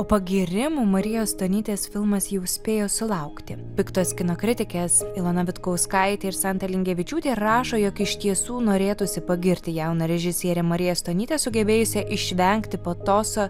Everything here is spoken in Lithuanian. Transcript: o pagyrimų marijos stonytės filmas jau spėjo sulaukti piktos kino kritikės ilona vitkauskaitė ir santa lingevičiūtė rašo jog iš tiesų norėtųsi pagirti jauną režisierę mariją stonytę sugebėjusią išvengti patoso